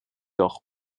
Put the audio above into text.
doch